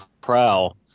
prowl